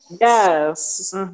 Yes